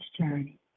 journey